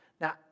Now